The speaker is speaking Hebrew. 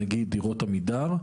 נגיד דירות עמידר,